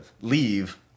leave